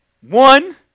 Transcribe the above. One